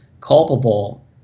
culpable